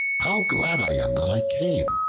how glad i am that i came!